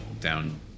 Down